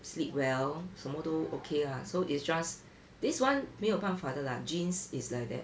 sleep well 什么都 okay lah so it's just this one 没有办法的 lah genes is like that